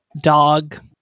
dog